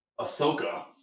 Ahsoka